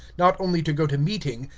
not only to go to meeting,